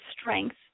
strength